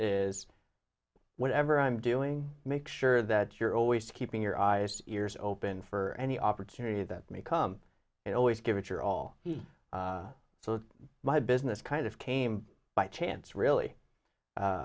is whatever i'm doing make sure that you're always keeping your eyes ears open for any opportunity that may come and always give it your all for the my business kind of came by chance really